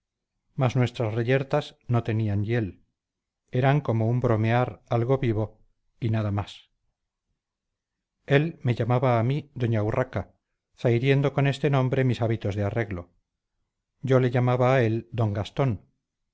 mas nuestras reyertas no tenían hiel eran como un bromear algo vivo y nada más él me llamaba a mí doña urraca zahiriendo con este nombre mis hábitos de arreglo yo le llamaba a él don gastón